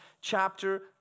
chapter